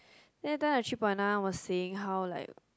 then that time the three point nine one was saying how like